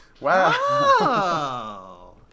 Wow